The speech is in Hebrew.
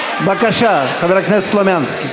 בבקשה, חבר הכנסת סלומינסקי.